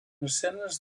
escenes